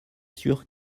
sûr